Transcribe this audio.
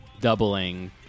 doubling